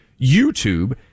YouTube